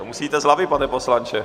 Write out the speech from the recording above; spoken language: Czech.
Musíte z hlavy, pane poslanče.